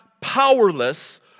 powerless